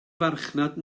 farchnad